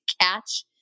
catch